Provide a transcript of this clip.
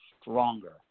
stronger